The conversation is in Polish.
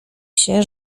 się